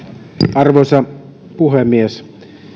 arvoisa puhemies